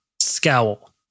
Scowl